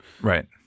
Right